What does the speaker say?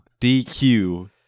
DQ